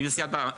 אם זה סיעת בת,